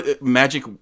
magic